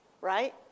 right